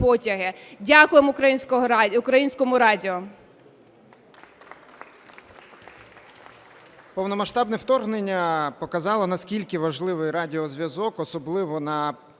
Дякуємо Українському радіо.